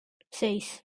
seis